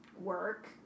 work